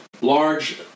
large